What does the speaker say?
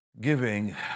Giving